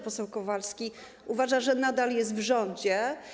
Poseł Kowalski uważa, że nadal jest w rządzie.